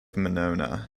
monona